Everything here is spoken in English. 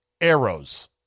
arrows